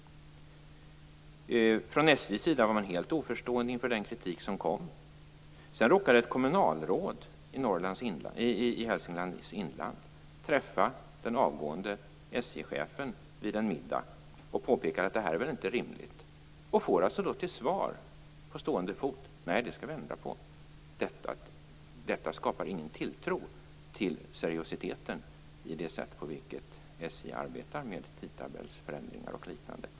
Från SJ:s sida var man helt oförstående inför den kritik som kom. Sedan råkar ett kommunalråd i Hälsinglands inland träffa den avgående SJ-chefen vid en middag och påpekar då att det här är väl inte rimligt. Han får till svar, på stående fot: Nej, det skall vi ändra på. Detta skapar ingen tilltro till seriositeten i det sätt på vilket SJ arbetar med tidtabellsförändringar och liknande.